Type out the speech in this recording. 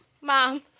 Mom